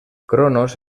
cronos